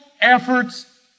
efforts